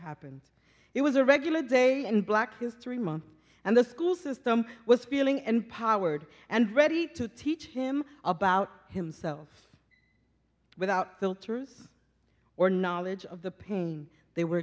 happened it was a regular day in black history month and the school system was feeling empowered and ready to teach him about himself without the tears or knowledge of the pain they were